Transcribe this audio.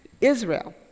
Israel